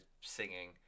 singing